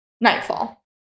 nightfall